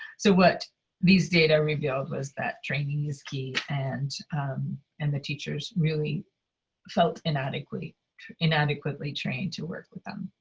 so what these data revealed was that training is key and and the teachers really felt inadequately-trained inadequately-trained to work with them.